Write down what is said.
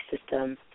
system